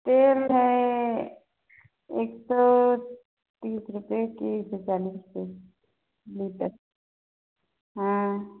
तेल है एक सौ तीस रुपये कि एक सौ चालिस रुपये लीटर हाँ